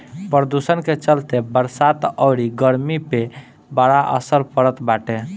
प्रदुषण के चलते बरसात अउरी गरमी पे बड़ा असर पड़ल बाटे